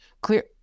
Clear